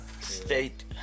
State